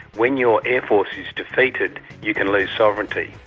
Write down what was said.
when your air force is defeated, you can lose sovereignty.